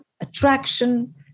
attraction